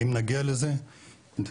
אם נגיע לזה נבורך,